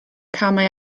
camau